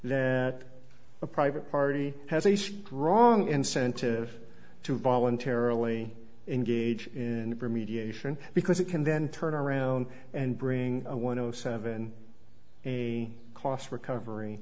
that a private party has a strong incentive to voluntarily engage in remediation because it can then turn around and bring a one o seven a cost recovery